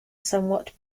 somewhat